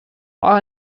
für